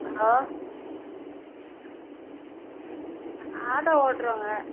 hello auto ஓட்டுறோவங்க